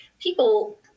people